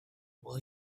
will